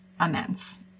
immense